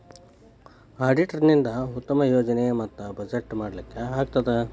auditor ನಿಂದಾ ಉತ್ತಮ ಯೋಜನೆ ಮತ್ತ ಬಜೆಟ್ ಮಾಡ್ಲಿಕ್ಕೆ ಆಗ್ತದ